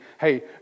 hey